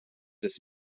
des